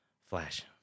Flash